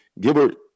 Gilbert